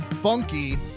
funky